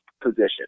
position